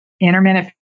intermittent